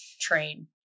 train